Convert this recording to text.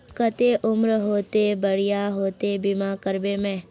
केते उम्र होते ते बढ़िया होते बीमा करबे में?